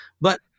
But-